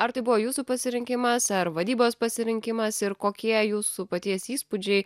ar tai buvo jūsų pasirinkimas ar vadybos pasirinkimas ir kokie jūsų paties įspūdžiai